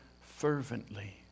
fervently